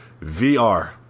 VR